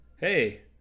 Hey